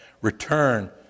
return